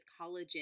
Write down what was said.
collagen